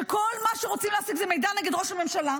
שכל מה שרוצים להשיג זה מידע נגד ראש הממשלה,